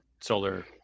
solar